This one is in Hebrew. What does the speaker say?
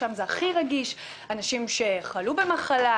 שם זה הכי רגיש: אנשים שחלו במחלה,